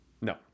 No